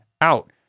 out